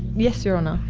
yes, your honour.